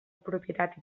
propietat